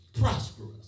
prosperous